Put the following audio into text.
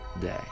day